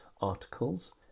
articles